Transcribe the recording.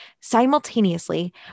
simultaneously